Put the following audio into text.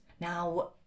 Now